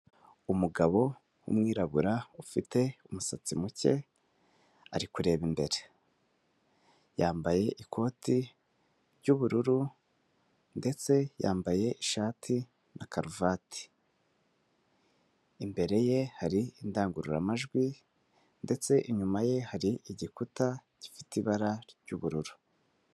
Umugabo w'umwirabura ufite umusatsi muke ari kureba imbere, yambaye ikoti ry'ubururu ndetse yambaye ishati na karuvati, imbere ye hari indangururamajwi ndetse inyuma ye hari igikuta gifite ibara ry'ubururu.